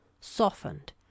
softened